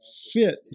fit